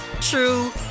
true